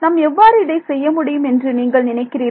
நாம் எவ்வாறு இதை செய்ய முடியும் என்று நீங்கள் நினைக்கிறீர்கள்